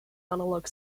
analog